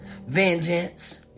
vengeance